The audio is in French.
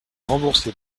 rembourser